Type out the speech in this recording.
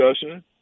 discussion